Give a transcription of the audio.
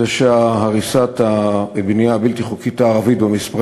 וזה שהריסת הבנייה הבלתי-חוקית הערבית במספרים